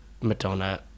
Madonna